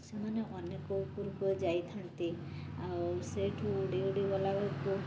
ସେମାନେ ଅନେକ ଉପରକୁ ଯାଇଥାନ୍ତି ଆଉ ସେଇଠୁ ଉଡ଼ି ଉଡ଼ି ଗଲା ବେଳକୁ